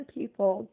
people